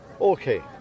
Okay